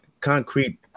concrete